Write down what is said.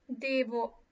devo